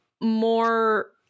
more